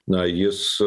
na jis